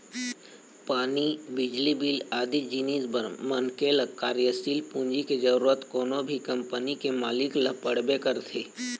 पानी, बिजली बिल आदि जिनिस बर मनखे ल कार्यसील पूंजी के जरुरत कोनो भी कंपनी के मालिक ल पड़बे करथे